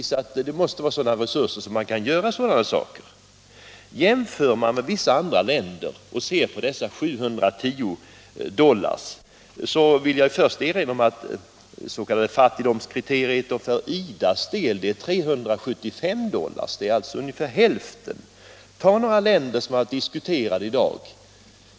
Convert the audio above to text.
Skall vi jämföra Cubas bruttonationalprodukt på 710 dollar per capita med bruttonationalprodukten i vissa andra länder vill jag först erinra om att det s.k. fattigdomskriteriet för IDA:s del är 375 dollar — alltså ungefär hälften. Och låt mig nämna siffrorna för några länder som har Internationellt utvecklingssamar diskuterats i dag!